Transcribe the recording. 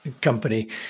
company